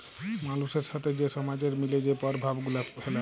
মালুসের সাথে যে সমাজের মিলে যে পরভাব গুলা ফ্যালে